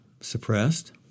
suppressed